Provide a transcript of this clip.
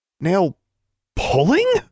Nail-pulling